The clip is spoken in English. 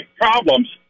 problems